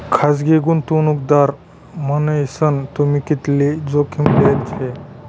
खासगी गुंतवणूकदार मन्हीसन तुम्ही कितली जोखीम लेल शे